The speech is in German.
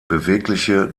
bewegliche